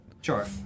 Sure